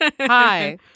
hi